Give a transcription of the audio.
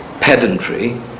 pedantry